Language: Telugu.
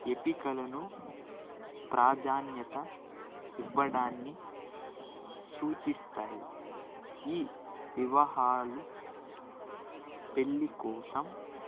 ఎంపికలను ప్రాధాన్యత ఇవ్వడాన్ని సూచిస్తాయి ఈ వివాహాలు పెళ్లి కోసం